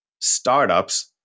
startups